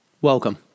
Welcome